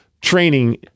training